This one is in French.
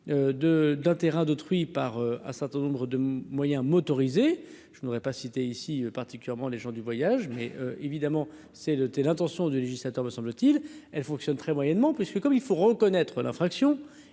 d'un terrain d'autrui par à certains nombres de moyens motorisés, je n'aurais pas citer ici particulièrement les gens du voyage, mais évidemment c'est de tes l'intention du législateur me semble.-t-il elle fonctionne très moyennement parce que comme il faut reconnaître l'infraction,